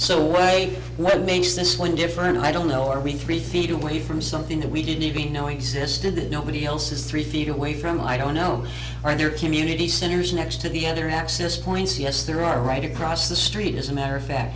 so way what makes this one different i don't know are we three feet away from something that we didn't even know existed that nobody else is three feet away from i don't know are there community centers next to the other access points yes there are right across the street as a matter of fact